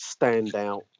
standout